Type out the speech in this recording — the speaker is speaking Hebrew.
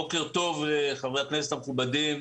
בוקר טוב חברי הכנסת המכובדים,